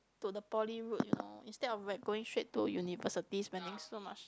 to the poly route you know instead of like going straight to university spending so much